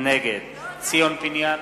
נגד ציון פיניאן,